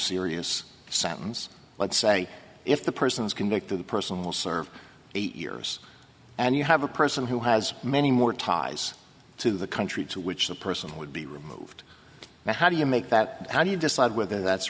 serious sentence let's say if the person is convicted the person will serve eight years and you have a person who has many more ties to the country to which the person would be removed but how do you make that how do you decide whether that's